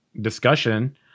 discussion